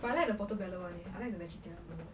but I like the portobello [one] leh I like the vegetarian menu